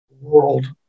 world